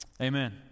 Amen